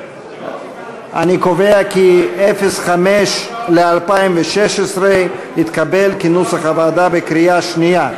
אני קובע כי סעיף 05 ל-2016 התקבל כנוסח הוועדה בקריאה שנייה.